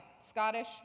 Scottish